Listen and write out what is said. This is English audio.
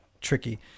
tricky